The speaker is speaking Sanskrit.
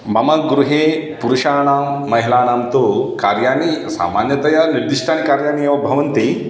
मम गृहे पुरुषाणां महिलानां तु कार्याणि सामान्यतया निर्दिष्टानि कार्याणि एव भवन्ति